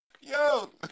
Yo